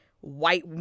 white